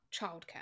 childcare